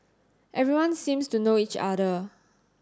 everyone seems to know each other